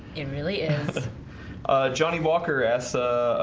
it really is johnny walker asks,